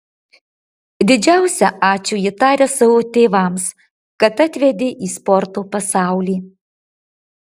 didžiausią ačiū ji taria savo tėvams kad atvedė į sporto pasaulį